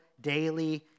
daily